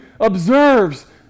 observes